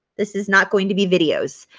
this is not going to be videos.